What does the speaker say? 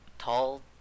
Tall